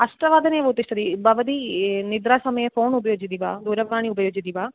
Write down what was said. अष्टवादने उत्तिष्ठति भवती निद्रा समये फ़ोन् उपयुज्यति वा दूरवाणी उपयुज्यति वा